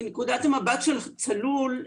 מנקודת המבט של צלול,